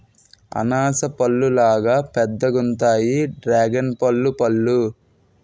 అనాస పల్లులాగా పెద్దగుంతాయి డ్రేగన్పల్లు పళ్ళు